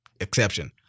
exception